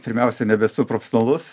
pirmiausia nebeesu profesionalus